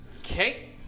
Okay